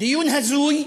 דיון הזוי